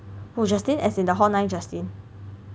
who Justin as in the hall nine Justin